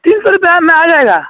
تین سو روپیہ میں آ جائے گا